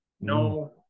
no